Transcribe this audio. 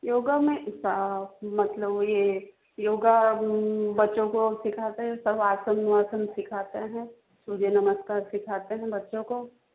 योगा में सब मतलब यह योगा बच्चों को सिखाते हैं सवासन उवासन सिखाते हैं सूर्य नमस्कार सिखाते हैं बच्चों को